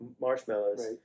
marshmallows